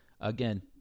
again